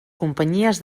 companyies